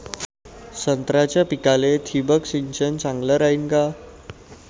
संत्र्याच्या पिकाले थिंबक सिंचन चांगलं रायीन का?